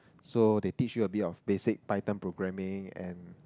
so they teach you a bit of basic Python programming and